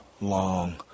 long